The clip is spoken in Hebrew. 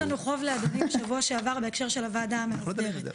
יש לנו חוב לאדוני משבוע שעבר בהקשר של הוועדה המאסדרת.